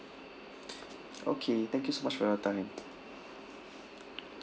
okay thank you so much for your time